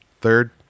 third